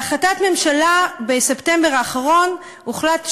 בהחלטת הממשלה בספטמבר האחרון הוחלט: